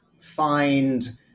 find